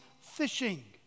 fishing